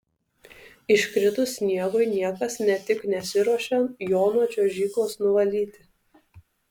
iškritus sniegui niekas ne tik nesiruošia jo nuo čiuožyklos nuvalyti